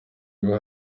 iba